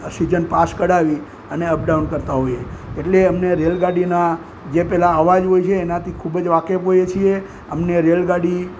season pass કાઢવી અને up down કરતા હોઈએ એટલે અમને રેલગાડીના જે પેલા અવાજો હોય છે એનાથી ખૂબ જ વાકેફ હોઈએ છીએ અમને રેલગાડી